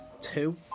Two